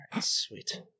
Sweet